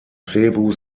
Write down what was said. cebu